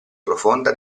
profonda